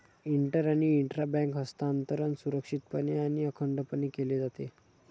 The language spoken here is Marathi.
इंटर आणि इंट्रा बँक हस्तांतरण सुरक्षितपणे आणि अखंडपणे केले जाते